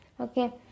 Okay